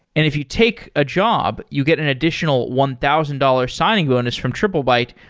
if you take a job, you get an additional one thousand dollars signing bonus from triplebyte,